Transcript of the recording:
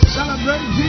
Celebrate